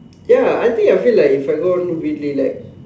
ya I think I feel like if I go weekly like